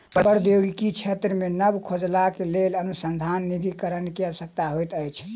प्रौद्योगिकी क्षेत्र मे नब खोजक लेल अनुसन्धान निधिकरण के आवश्यकता होइत अछि